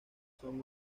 son